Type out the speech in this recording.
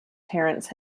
terence